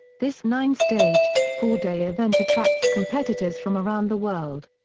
this nine-stage, four-day event attracts competitors from around the world.